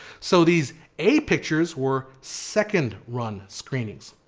so these a pictures were second run screenings,